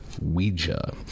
Ouija